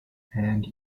and